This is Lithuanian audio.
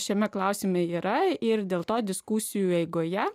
šiame klausime yra ir dėl to diskusijų eigoje